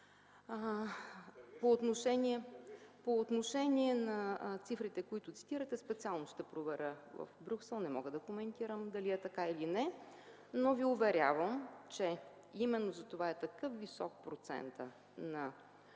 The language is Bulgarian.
По отношение на цифрите, които цитирате, специално ще проверя в Брюксел. Не мога да коментирам дали е така или не, но Ви уверявам, че именно за това е такъв висок процентът на